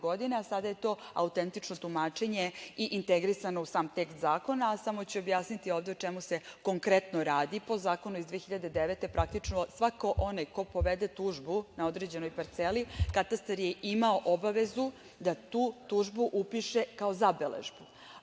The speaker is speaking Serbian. a sada je to autentično tumačenje i integrisano u sam tekst zakona, a samo ću objasniti ovde o čemu se konkretno radi. Po Zakonu iz 2009. godine, praktično, svako onaj ko povede tužbu na određenoj parceli, katastar je imao obavezu da tu tužbu upiše kao zabeležbu.